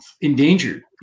endangered